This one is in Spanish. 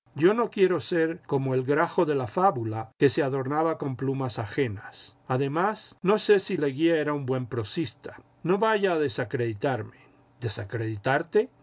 yo no quiero ser como el grajo de la fábula que se adornaba con plumas ajenas además no sé si leguía era un buen prosista no vaya a desacreditarme desacreditarte